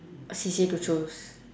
C_C_A to choose